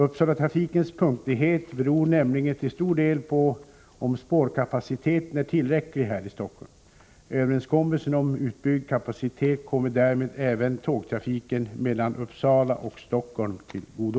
Uppsalatrafikens punktlighet beror nämligen till stor del på om spårkapaciteten är tillräcklig här i Stockholm. Överenskommelsen om utbyggd kapacitet kommer därmed även tågtrafiken mellan Uppsala och Stockholm till godo.